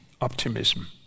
optimism